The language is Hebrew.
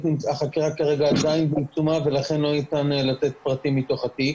החקירה כרגע עדיין בעיצומה ולכן לא ניתן עדיין לתת פרטים מתוך התיק.